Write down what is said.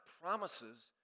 promises